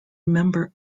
member